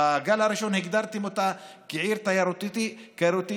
בגל הראשון הגדרתם אותה כעיר תיירותית,